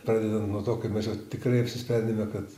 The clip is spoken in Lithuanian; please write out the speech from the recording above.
pradedant nuo to kaip mes jau tikrai apsisprendėme kad